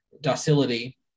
docility